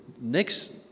next